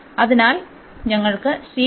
അതിനാൽ ഞങ്ങൾക്ക് ഉണ്ട്